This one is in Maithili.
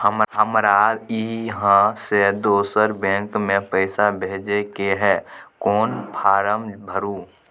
हमरा इहाँ से दोसर बैंक में पैसा भेजय के है, कोन फारम भरू?